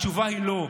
התשובה היא לא.